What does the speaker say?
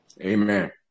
Amen